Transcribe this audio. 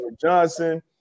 Johnson